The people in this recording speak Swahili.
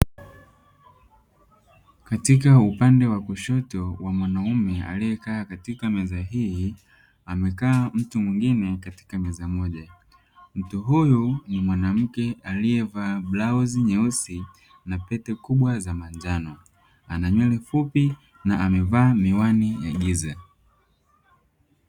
Katika upande wa kushoto wa mwanaume aliyekaa katika meza hii, amekaa mtu mwingine katika meza moja. Mtu huyu ni mwanamke aliyevaa blauzi nyeusi na pete kubwa za manjano. Ana nywele fupi na amevaa miwani ya giza.